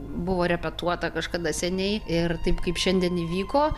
buvo repetuota kažkada seniai ir taip kaip šiandien įvyko